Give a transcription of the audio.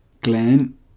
Glenn